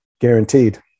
guaranteed